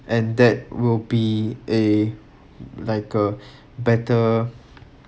and that will be a like a better